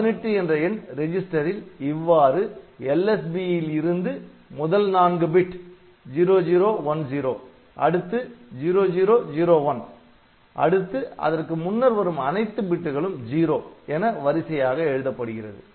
18 என்ற எண் ரிஜிஸ்டரில் இவ்வாறு LSB ல் இருந்து முதல் நான்கு பிட் அடுத்து அடுத்து அதற்கு முன்னர் வரும் அனைத்து பிட்டுகளும் '0' என வரிசையாக எழுதப்படுகிறது